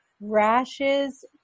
rashes